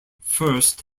first